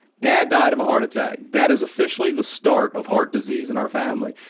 dad died of a heart attack. that is officially the start of heart disease in our family.